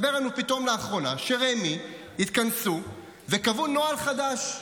לאחרונה הסתבר לנו פתאום שברמ"י התכנסו וקבעו נוהל חדש,